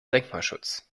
denkmalschutz